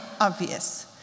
obvious